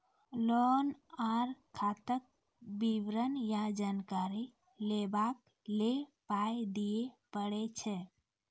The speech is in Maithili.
लोन आर खाताक विवरण या जानकारी लेबाक लेल पाय दिये पड़ै छै?